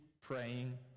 praying